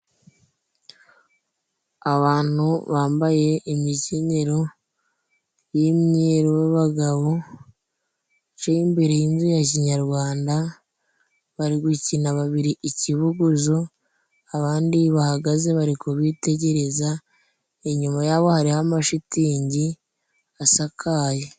Abantu bambaye imikenyero y'imyeru b'abagabo bicaye imbere y'inzu ya kinyarwanda bari gukina babiri ikibuguzo abandi bahagaze bari ku bitegereza inyuma yabo hariho amashitingi asakaye.